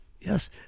Yes